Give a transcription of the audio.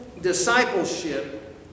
discipleship